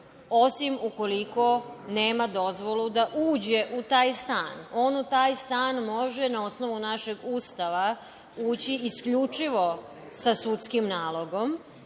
osim ukoliko nema dozvolu da uđe u taj stan. On u taj stan može na osnovu našeg Ustava ući isključivo sa sudskim nalogom